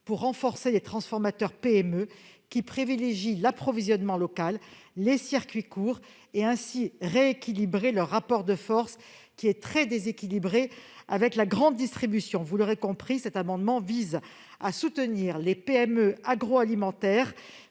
pour renforcer les transformateurs PME qui privilégient l'approvisionnement local et les circuits courts. Elle contribuera ainsi à rééquilibrer leur rapport de force très déséquilibré avec la grande distribution. Vous l'aurez compris, cet amendement a pour objet de soutenir les PME agroalimentaires